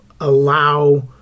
allow